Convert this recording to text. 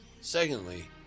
Secondly